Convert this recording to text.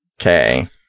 Okay